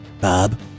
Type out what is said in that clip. Bob